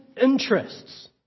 interests